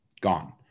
gone